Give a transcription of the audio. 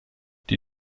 die